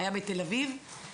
הייתה בתל אביב.